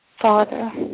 Father